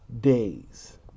days